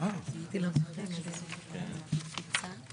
מענה בתוך פרק הזמן הקבוע בתקנות,